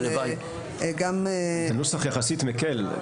זה נוסח יחסית מקל.